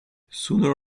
sooner